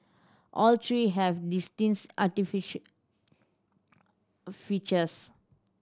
all three have features